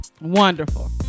Wonderful